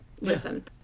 listen